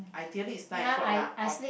ideally is nine o-clock lah or